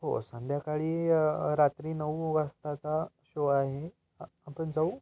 हो संध्याकाळी रात्री नऊ वाजताचा शो आहे हां आपण जाऊ